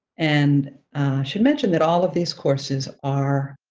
and should mention that all of these courses are